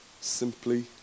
simply